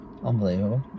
Unbelievable